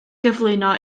gyflwyno